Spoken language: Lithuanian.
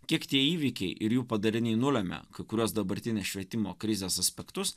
kiek tie įvykiai ir jų padariniai nulemia kai kuriuos dabartinės švietimo krizės aspektus